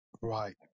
Right